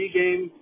game